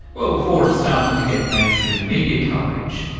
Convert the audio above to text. well before it started to get mainstream media coverage,